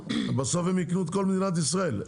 בסוף הם ייקנו את כל מדינת ישראל.